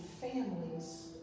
families